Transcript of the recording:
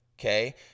Okay